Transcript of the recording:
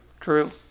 true